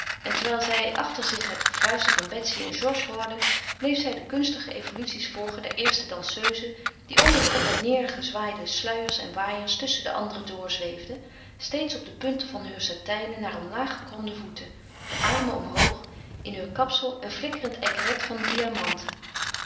en terwijl zij achter zich het gefluister van betsy en georges hoorde bleef zij de kunstige evoluties volgen der eerste danseuse die onder de op en neêr gezwaaide sluiers en waaiers tusschen de anderen doorzweefde steeds op de punten van heur satijnen naar omlaag gekromde voeten de armen omhoog in heur kapsel een flikkerend aigrette van diamanten